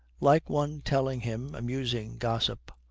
like one telling him amusing gossip,